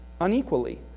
unequally